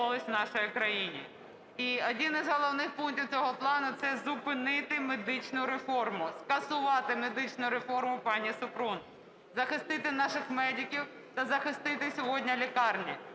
один із головних пунктів цього плану – це зупинити медичну реформу, скасувати медичну реформу пані Супрун, захистити наших медиків та захистити сьогодні лікарні.